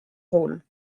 rôle